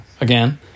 again